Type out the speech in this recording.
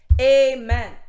Amen